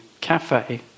cafe